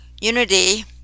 Unity